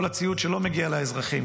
כל הציוד שלא מגיע לאזרחים,